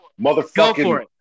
Motherfucking